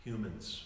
Humans